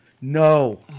no